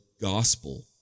gospel